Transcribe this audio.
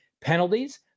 penalties